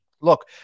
Look